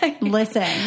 Listen